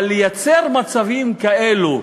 אבל לייצר מצבים כאלו,